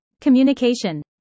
Communication